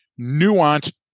nuanced